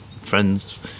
Friends